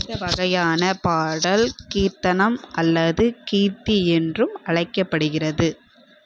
இந்த வகையானப் பாடல் கீர்த்தனம் அல்லது கீர்த்தி என்றும் அழைக்கப்படுகிறது